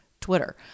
Twitter